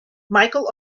michael